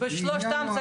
בלי הסעיפים הכוללים